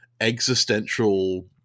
existential